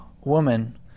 woman